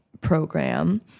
program